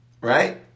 Right